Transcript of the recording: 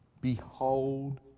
behold